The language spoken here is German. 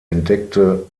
entdeckte